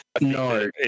No